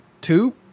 two